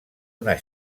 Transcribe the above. una